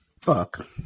Fuck